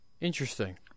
Interesting